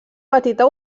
petita